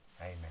Amen